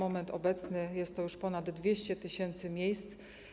Obecnie jest to już ponad 200 tys. miejsc.